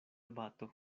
bato